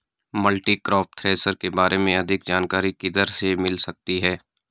Multicrop thresher के बारे में अधिक जानकारी किधर से मिल सकती है?